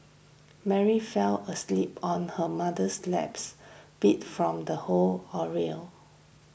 Mary fell asleep on her mother's laps beat from the whole